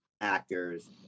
actors